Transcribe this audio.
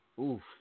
Oof